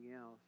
else